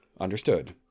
Understood